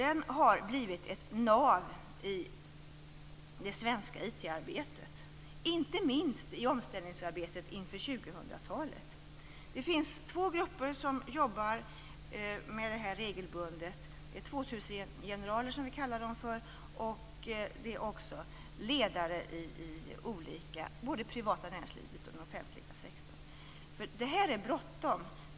Den har blivit ett nav i det svenska IT arbetet, inte minst i omställningsarbetet inför 2000 talet. Det finns två grupper som jobbar regelbundet med detta. Vi kallar dem för 2000-generaler. Det finns också med ledare från det privata näringslivet och den offentliga sektorn. Det är bråttom.